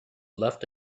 left